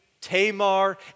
Tamar